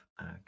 Okay